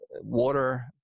water